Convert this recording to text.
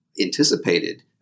anticipated